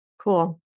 Cool